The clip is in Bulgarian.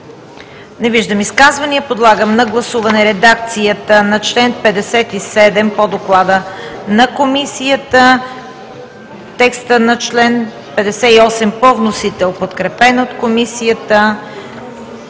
Не виждам. Подлагам на гласуване редакцията на чл. 57 по Доклада на Комисията; текста на чл. 58 по вносител, подкрепен от Комисията;